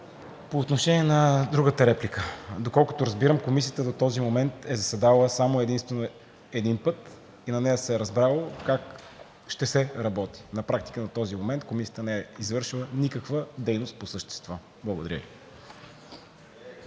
по изключение на другата реплика – доколкото разбирам, Комисията до този момент е заседавала само един-единствен път и на нея се е разбрало как ще се работи. На практика до този момент нищо не е извършвала, никаква дейност по същество. Благодаря Ви.